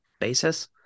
basis